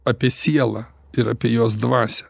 apie sielą ir apie jos dvasią